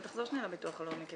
אבל תחזור שנייה לביטוח הלאומי,